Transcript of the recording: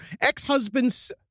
ex-husband's